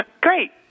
Great